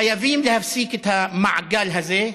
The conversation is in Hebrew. חייבים להפסיק את המעגל הזה.